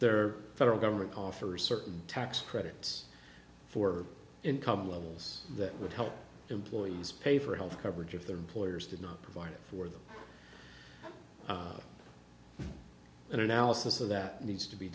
are federal government coffers certain tax credits for income levels that would help employees pay for health coverage of their employers did not provide for them an analysis of that needs to be